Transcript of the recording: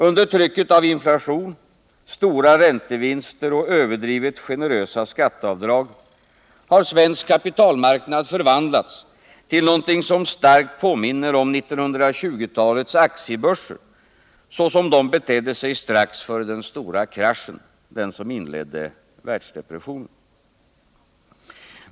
Under trycket av inflation, stora räntevinster och överdrivet generösa skatteavdrag har svensk kapitalmarknad förvandlats till något som starkt påminner om 1920-talets aktiebörser så som de betedde sig strax före den stora kraschen, den som inledde världsdepressionen.